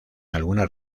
algunas